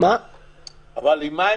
כהגדרתו